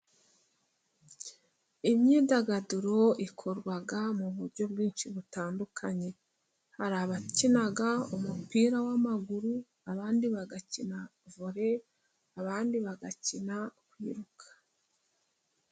Imyidagaduro ikorwa mu buryo bwinshi butandukanye. Hari abakina umupira w'amaguru, abandi bagakina vore, abandi bagakina kwiruka.